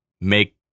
make